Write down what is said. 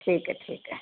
ٹھیک ہے ٹھیک ہے